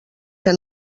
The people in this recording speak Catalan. que